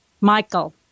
Michael